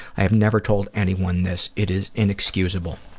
i have never told anyone this. it is inexcusable.